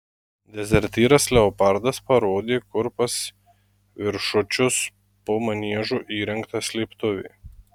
dezertyras leopardas parodė kur pas viršučius po maniežu įrengta slėptuvė